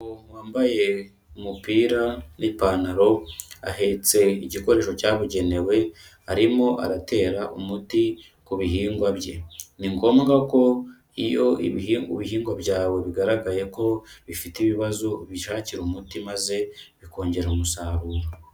Umugabo wambaye umupira n'ipantaro, ahetse igikoresho cyabugenewe, arimo aratera umuti ku bihingwa bye, ni ngombwa ko iyo ibihingwa byawe bigaragaye ko bifite ibibazo ubishakira umuti maze bikongera umusaruro.